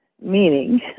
meaning